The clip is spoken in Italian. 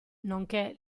nonché